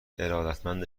ارادتمند